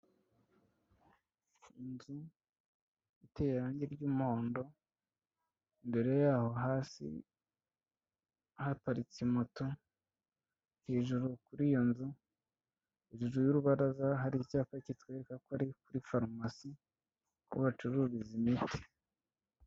Inzu iteye irange ry'umuhondo, mbere yaho hasi haparitse moto, hejuru kuri iyo nzu hejuru ya urubaraza hari icyapa kitwereka ko ari kuri farumasi aho bacururiza imiti.